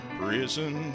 prison